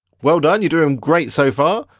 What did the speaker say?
well done, you're doing great so far.